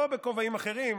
לא בכובעים אחרים,